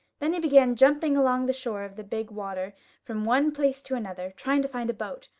then he began jumping along the shore of the big water from one place to another, trying to find a boat,